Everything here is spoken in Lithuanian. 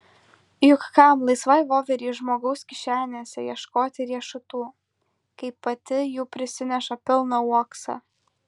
juk kam laisvai voverei žmogaus kišenėse ieškoti riešutų kaip pati jų prisineša pilną uoksą